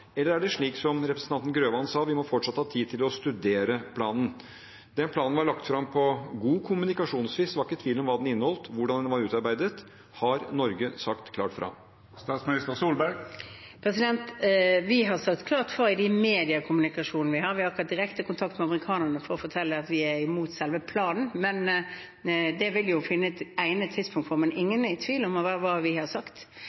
Eller er det slik som representanten Grøvan sa, at man fortsatt må ha tid til å studere planen? Den planen var kommunikasjonsmessig godt lagt fram – det var ikke noen tvil om hva den inneholdt, eller hvordan den var utarbeidet, men har Norge sagt klart fra? Vi har sagt klart fra i den mediekommunikasjonen vi har hatt. Vi har ikke hatt direkte kontakt med amerikanerne for å fortelle at vi er imot selve planen. Det vil vi finne et egnet tidspunkt for. Men